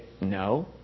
no